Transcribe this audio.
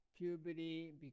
puberty